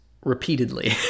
repeatedly